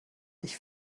ich